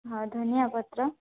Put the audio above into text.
ହଁ ଧନିଆପତ୍ର